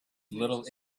little